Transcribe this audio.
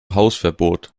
hausverbot